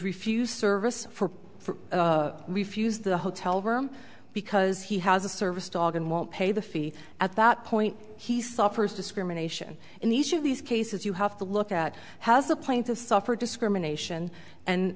refused service for refuse the hotel room because he has a service dog and won't pay the fee at that point he suffers discrimination in the each of these cases you have to look at has a plane to suffer discrimination